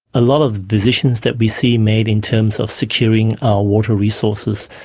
a lot of decisions that we see made in terms of securing our water resources,